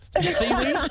Seaweed